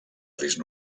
risc